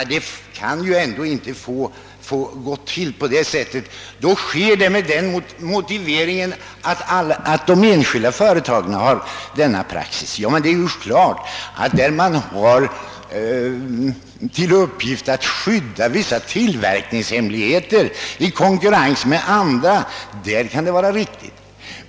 Det kan ändå inte få gå till på detta sätt. Tillvägagångssättet motiveras med att de enskilda företagen tillämpar denna praxis. Men det är klart att det kan vara riktigt när det gäller att skydda vissa tillverkningshemligheter med hänsyn till konkurrentföretag.